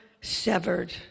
severed